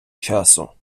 часу